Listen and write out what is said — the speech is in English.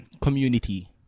Community